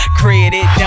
credit